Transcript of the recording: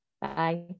Bye